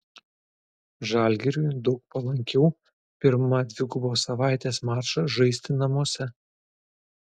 žalgiriui daug palankiau pirmą dvigubos savaitės mačą žaisti namuose